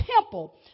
temple